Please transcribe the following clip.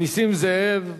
נסים זאב.